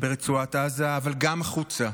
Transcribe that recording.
ברצועת עזה, אבל גם החוצה.